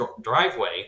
driveway